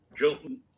Jilton